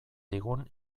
digun